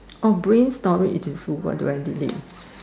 oh brain storage is full what do I delete